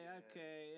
okay